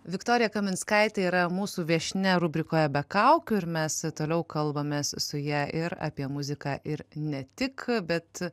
viktorija kaminskaitė yra mūsų viešnia rubrikoje be kaukių ir mes toliau kalbamės su ja ir apie muziką ir ne tik bet